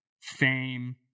fame